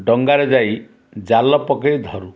ଡ଼ଙ୍ଗାରେ ଯାଇ ଜାଲ ପକେଇ ଧରୁ